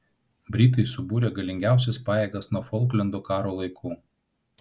britai subūrė galingiausias pajėgas nuo folklendo karo laikų